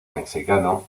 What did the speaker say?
mexicano